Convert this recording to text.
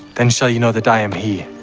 then shall ye know that i am he,